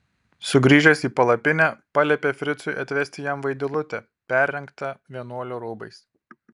sugrįžęs į palapinę paliepė fricui atvesti jam vaidilutę perrengtą vienuolio rūbais